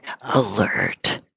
alert